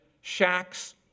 shacks